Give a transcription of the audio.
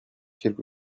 quelque